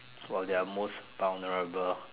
while they're most vulnerable